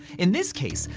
in this case,